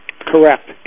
Correct